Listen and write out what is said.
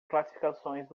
classificações